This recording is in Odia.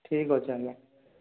ଠିକ୍ ଅଛି ଆଜ୍ଞା